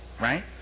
right